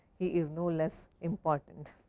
he is no less important.